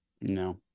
No